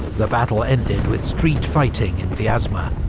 the battle ended with street-fighting in vyazma,